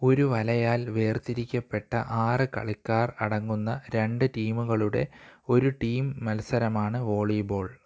ഒരു വലയാൽ വേർതിരിക്കപ്പെട്ട ആറ് കളിക്കാർ അടങ്ങുന്ന രണ്ടു ടീമുകളുടെ ഒരു ടീം മത്സരമാണ് വോളീ ബോൾ